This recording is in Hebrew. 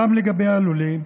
גם לגבי הלולים,